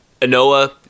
Anoa